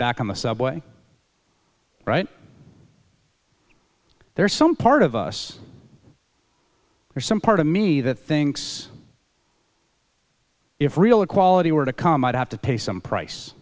back on the subway right there some part of us there's some part of me that thinks if real equality were to come i'd have to pay some price